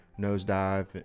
nosedive